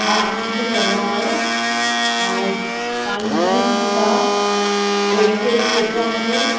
हा मूंखे करिणो आहे ऐं तव्हांजी घणी फ़ीस आहे कहिड़े कहिड़े ॾींहुं अचिणो आहे मूंखे